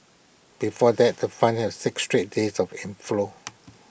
before that the fund had six straight days of inflows